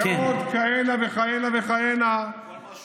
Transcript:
ועוד כהנה וכהנה תיקונים.